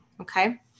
okay